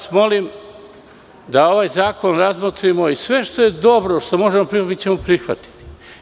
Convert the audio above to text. Molim vas da ovaj zakon razmotrimo i sve što je dobro, što možemo da prihvatimo, mi ćemo prihvatiti.